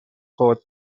خود